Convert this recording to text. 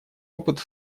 опыт